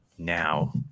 now